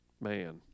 man